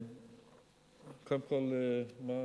מה,